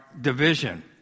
division